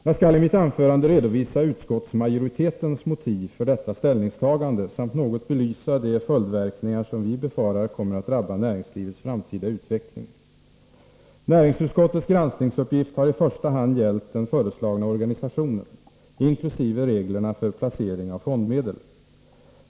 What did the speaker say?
Jag skall i mitt anförande redovisa utskottsmajoritetens motiv för detta ställningstagande samt något belysa de följdverkningar som vi befarar kommer att drabba näringslivets framtida utveckling. Näringsutskottets granskningsuppgift har i första hand gällt den föreslagna organisationen, inkl. reglerna för placering av fondmedel.